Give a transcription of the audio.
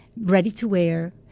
ready-to-wear